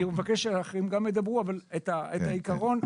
אני מבקש שגם אחרים ידברו אבל את העיקרון שמתי על השולחן.